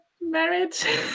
marriage